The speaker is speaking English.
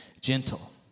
gentle